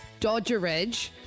Dodgeridge